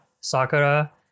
Sakura